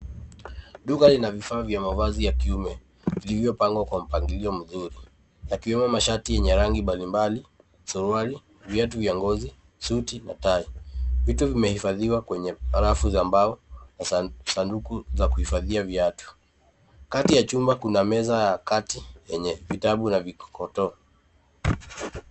Duka lina vifaa vya mavazi ya kiume vilivyopangwa kwa mpangilio mzuri yakiwemo mashati yenye rangi mbalimbali, suruali, viatu vya ngozi, suti na tai. Vitu vimehifadhiwa kwenye rafu za mbao na sanduku za kuhifadhia viatu. Kati ya chumba kuna meza ya kati yenye vitabu na vikokotoo.